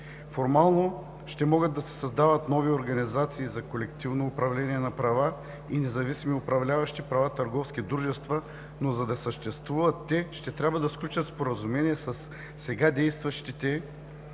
Формално ще могат да се създават нови организации за колективно управление на права и независими управляващи права търговски дружества, но за да съществуват, те ще трябва да сключат споразумение със сега действащите, тъй